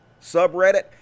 subreddit